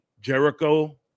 Jericho